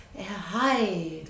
hi